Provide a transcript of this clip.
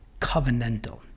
covenantal